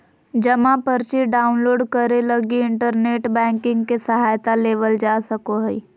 जमा पर्ची डाउनलोड करे लगी इन्टरनेट बैंकिंग के सहायता लेवल जा सको हइ